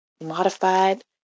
modified